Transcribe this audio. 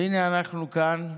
והינה אנחנו כאן,